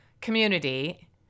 community